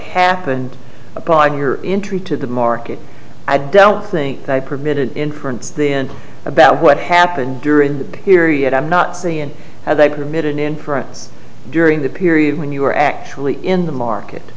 happened upon your entry to the market i don't think they permitted inference the end about what happened during the period i'm not seeing how they permitted an inference during the period when you were actually in the market